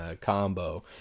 combo